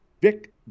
Vic